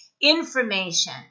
Information